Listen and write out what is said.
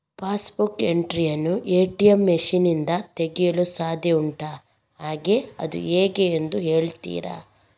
Pass book entry ಯನ್ನು ATM machine ನಿಂದ ತೆಗೆಯಲು ಸಾಧ್ಯ ಉಂಟಾ ಹಾಗೆ ಅದು ಹೇಗೆ ಎಂದು ಹೇಳುತ್ತೀರಾ?